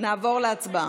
נעבור להצבעה.